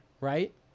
Right